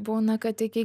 būna kad iki